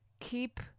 keep